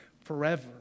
forever